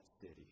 city